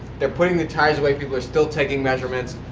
they're putting the tires away, people are still taking measurements.